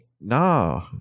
nah